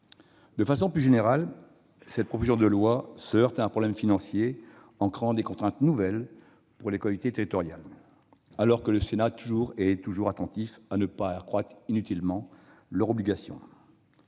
De façon plus générale, cette proposition de loi se heurte à un problème financier, car elle crée des contraintes nouvelles pour les collectivités territoriales, alors que le Sénat est toujours attentif à ne pas accroître inutilement leurs obligations.